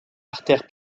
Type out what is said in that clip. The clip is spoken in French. artère